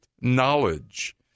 Knowledge